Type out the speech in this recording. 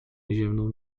ziewnął